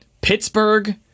Pittsburgh